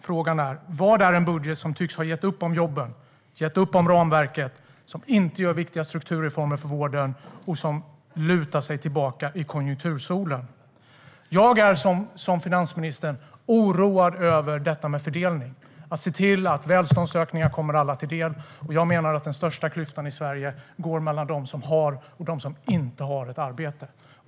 Frågan är: Vad är en budget som tycks ha gett upp om jobben och ramverket, som inte gör viktiga strukturreformer för vården och som lutar sig tillbaka i konjunktursolen? Liksom finansministern är jag oroad över detta med fördelning - att se till att välståndsökningar kommer alla till del. Jag menar att den största klyftan i Sverige går mellan dem som har ett arbete och dem som inte har det.